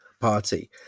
party